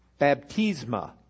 baptisma